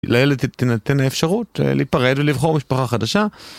לילד תתנתן האפשרות להיפרד ולבחור משפחה חדשה.